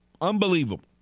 Unbelievable